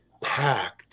packed